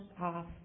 off